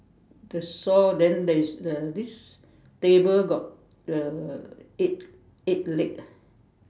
the saw then there is the this table got uh eight eight leg ah